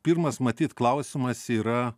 pirmas matyt klausimas yra